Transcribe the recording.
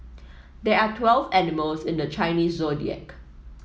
there are twelve animals in the Chinese Zodiac